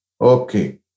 Okay